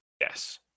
Yes